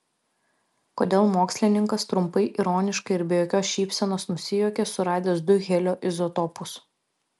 kodėl mokslininkas trumpai ironiškai ir be jokios šypsenos nusijuokė suradęs du helio izotopus